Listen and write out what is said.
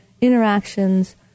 interactions